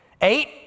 Eight